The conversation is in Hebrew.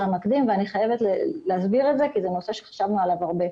המקדים ואני חייבת להסביר את זה כי זה נושא שחשבנו עליו הרבה.